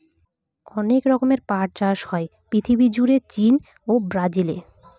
অনেক রকমের পাট চাষ হয় পৃথিবী জুড়ে চীন, ব্রাজিলে